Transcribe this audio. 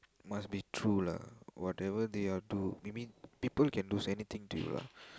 must be true lah whatever they are do maybe people can lose anything to you lah